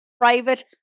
private